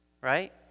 right